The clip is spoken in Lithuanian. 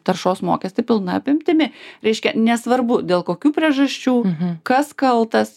taršos mokestį pilna apimtimi reiškia nesvarbu dėl kokių priežasčių kas kaltas